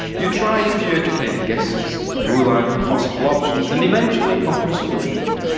you try a few educated guesses, rule out impossible options and eventually come to a solution.